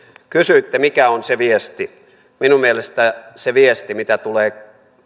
kysyitte mikä on se viesti minun mielestäni se viesti mitä tulee